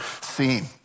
seen